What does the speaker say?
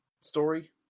story